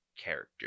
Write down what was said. character